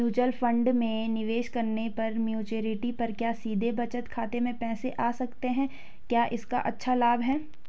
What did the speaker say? Mutual fund में निवेश करने पर मैच्योरिटी पर क्या सीधे बचत खाते में पैसे आ सकते हैं क्या इसका अच्छा लाभ है?